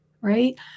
Right